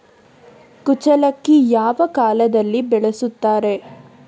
ಕುಚ್ಚಲಕ್ಕಿ ಯಾವ ಕಾಲದಲ್ಲಿ ಬೆಳೆಸುತ್ತಾರೆ?